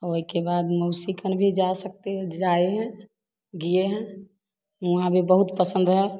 और उसके बाद मौसी खिन भी जा सकते हैं जाए हैं गए हैं वहाँ भी बहुत पसंद है